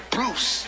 Bruce